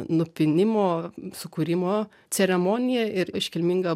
nupynimo sukūrimo ceremonija ir iškilminga